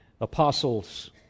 apostle's